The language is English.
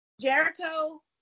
Jericho